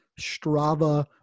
strava